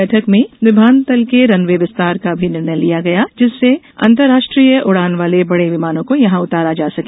बैठक में विमानतल के रनवे विस्तार का भी निर्णय लिया गया जिससे अंतरराष्ट्रीय उड़ान वाले बड़े विमानों को यहां उतारा जा सके